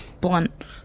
blunt